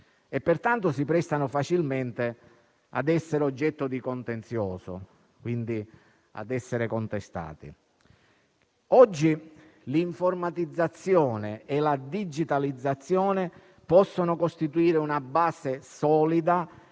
pertanto si prestano facilmente a essere oggetto di contenzioso, quindi a essere contestati. Oggi l'informatizzazione e la digitalizzazione possono costituire una base solida